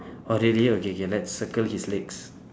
oh really okay K let's circle his legs